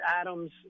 Adams